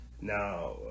Now